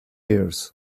years